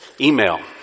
Email